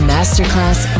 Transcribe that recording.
Masterclass